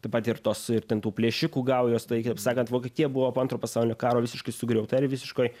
taip pat ir tos ir ten tų plėšikų gaujos tai kaip sakant vokietija buvo po antro pasaulinio karo visiškai sugriauta ir visiškoj